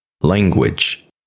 language